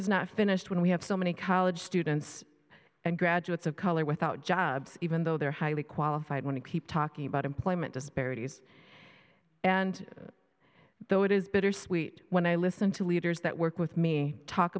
is not finished when we have so many college students and graduates of color without jobs even though they're highly qualified want to keep talking about employment disparities and though it is bittersweet when i listen to leaders that work with me talk